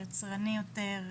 יצרני יותר,